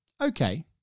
okay